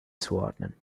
zuordnen